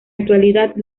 actualidad